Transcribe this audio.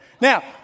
Now